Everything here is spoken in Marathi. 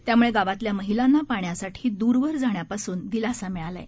त्यामुळेगावातल्यामहिलांनापाण्यासाठीदूरवरजाण्यापासूनदिलासामिळालाआहे